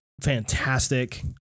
fantastic